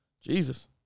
Jesus